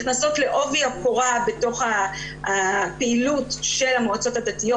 נכנסות לעובי הקורה בתוך הפעילות של המועצות הדתיות.